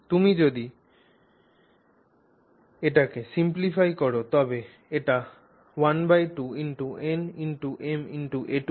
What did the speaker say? তুমি যদি এটাকে simplify কর তবে এটি ½ nma2 হয়